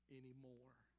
anymore